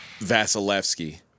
Vasilevsky